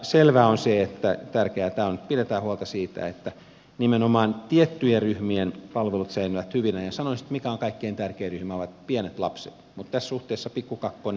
selvää on se että tärkeätä on että pidetään huolta siitä että nimenomaan tiettyjen ryhmien palvelut säilyvät hyvinä ja sanoisin että kaikkein tärkein ryhmä ovat pienet lapset ja tässä suhteessa pikku kakkonen